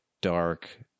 dark